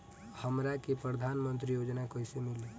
हमरा के प्रधानमंत्री योजना कईसे मिली?